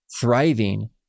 thriving